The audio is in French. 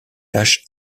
tâches